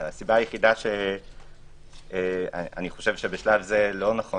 הסיבה היחידה שאני חושב שבשלב זה לא נכון